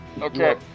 Okay